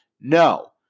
No